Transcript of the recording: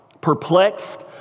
perplexed